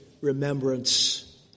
remembrance